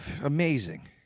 Amazing